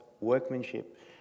workmanship